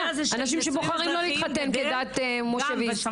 אנשים שבוחרים לא להתחתן כדת משה וישראל.